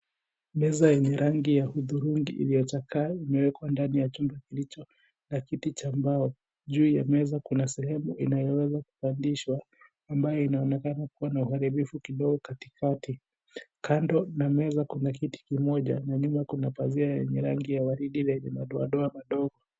Meza yenye rangi ya hudhurungi iliyochakaa imewekwa ndani ya chupa ilicho na kiti cha mbao. Juu ya meza kuna sehemu inayoweza kupandishwa ambayo inaonekana kama uharibifu kidogo kati kati. Kando na meza kuna kiti kimoja na nyuma kuna pazia yenye rangi ya waridi lenye madoadoa madogo.